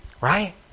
Right